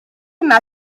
yma